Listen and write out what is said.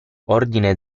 ordine